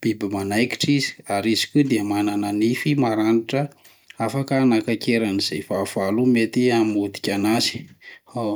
biby manaikitra izy, ary izy koa dia manana nify maranitra afaka anakaikeran'izay fahavalo mety hamotika anazy, ao.